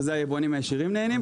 שמזה היבואנים הישירים נהנים,